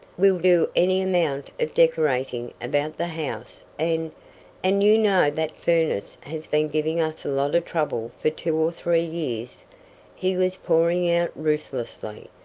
we'll do any amount of decorating about the house and and you know that furnace has been giving us a lot of trouble for two or three years he was pouring out ruthlessly,